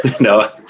no